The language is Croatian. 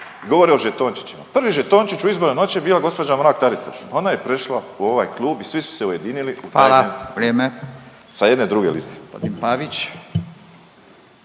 govori o žetončićima, prvi žetončić u izbornoj noći je bila gđa Mrak-Taritaš. Ona je prešla u ovaj klub i svi su se ujedinili u .../Govornik se ne čuje./...